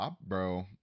Bro